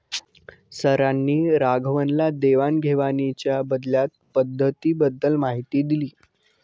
सरांनी राघवनला देवाण घेवाणीच्या बदलत्या पद्धतींबद्दल माहिती दिली